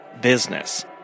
business